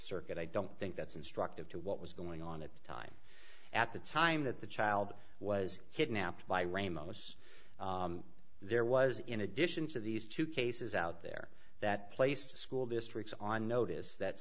circuit i don't think that's instructive to what was going on at the time at the time that the child was kidnapped by ramos there was in addition to these two cases out there that placed a school districts on notice that